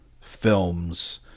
films